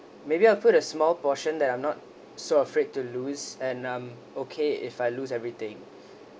maybe I'll put a small portion that I'm not so afraid to lose and I'm okay if I lose everything